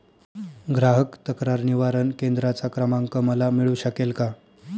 ग्राहक तक्रार निवारण केंद्राचा क्रमांक मला मिळू शकेल का?